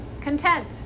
content